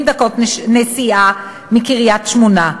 20 דקות נסיעה מקריית-שמונה.